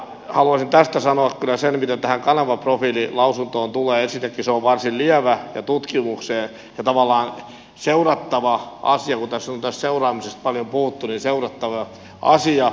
haluaisin tästä sanoa kyllä sen mitä tähän kanavaprofiililausuntoon ja tutkimukseen tulee että ensinnäkin se on varsin lievä ja tavallaan seurattava asia kun tässä on tästä seuraamisesta paljon puhuttu